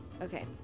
Okay